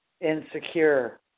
insecure